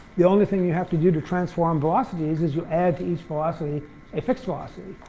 the only thing you have to do to transform velocity is is you add to each velocity a fixed velocity,